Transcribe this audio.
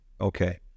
okay